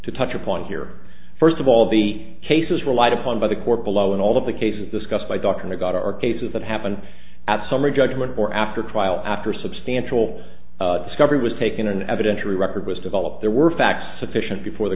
to touch upon here first of all the cases relied upon by the court below in all of the cases discussed by dr got our cases that happened at summary judgment or after trial after substantial discovery was taken an evidentiary record was developed there were facts sufficient before the